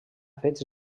fets